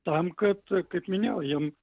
tam kad kaip minėjau jiem